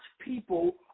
people